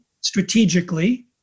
strategically